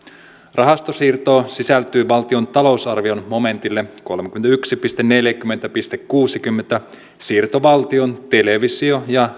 rahastosiirto sisältyy valtion talousarvion momenttiin kolmekymmentäyksi neljäkymmentä kuusikymmentä siirto valtion televisio ja